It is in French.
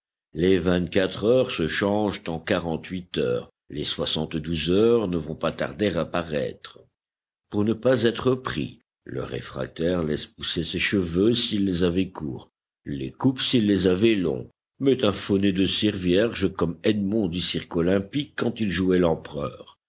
les vingt-quatre heures se changent en quarante-huit heures les soixante-douze heures ne vont pas tarder à paraître pour ne pas être pris le réfractaire laisse pousser ses cheveux s'il les avait courts les coupe s'il les avait longs met un faux nez de cire vierge comme edmond du cirque-olympique quand il jouait l'empereur